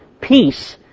peace